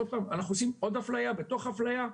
עוד פעם אנחנו עושים עוד אפליה בתוך אפליה?